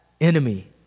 enemy